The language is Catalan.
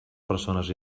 persones